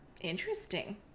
Interesting